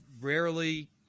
rarely